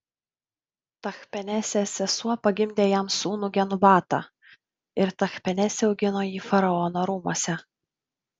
tachpenesės sesuo pagimdė jam sūnų genubatą ir tachpenesė augino jį faraono rūmuose